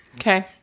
Okay